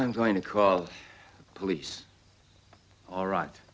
i'm going to call the police all right